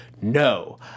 no